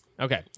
Okay